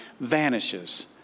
vanishes